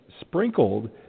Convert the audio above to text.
sprinkled